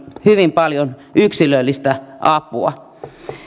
hyvin paljon yksilöllistä apua